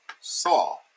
saw